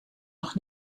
nog